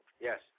Yes